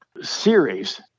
series